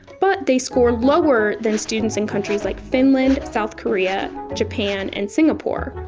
but they score lower than students in countries like finland, south korea, japan, and singapore,